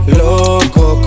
loco